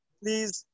please